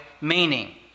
meaning